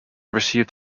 received